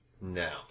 No